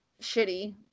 shitty